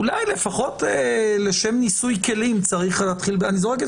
אולי לפחות לשם ניסוי כלים צריך להתחיל אני זורק את